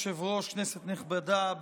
לא, חס וחלילה.